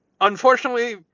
Unfortunately